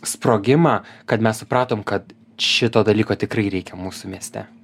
sprogimą kad mes supratom kad šito dalyko tikrai reikia mūsų mieste